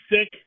sick